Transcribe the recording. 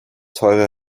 teure